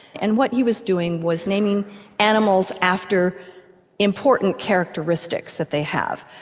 and what he was doing was naming animals after important characteristics that they have.